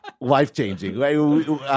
life-changing